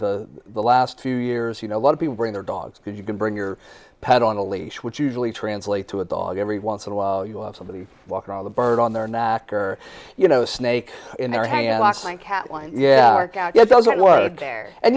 know the last few years you know a lot of people bring their dogs because you can bring your pet on a leash which usually translates to a dog every once in a while you have somebody walk around the bird on their knacker you know snake in their hand yeah it doesn't work and